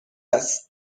است